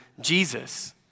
Jesus